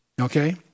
okay